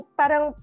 parang